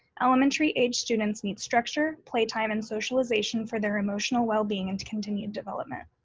elementary age students need structure, playtime, and socialization for their emotional well being and to continue development.